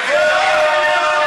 בושה.